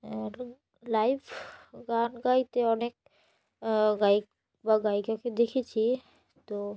live গান গাইতে অনেক গায়ক বা গায়িকাকে দেখেছি তো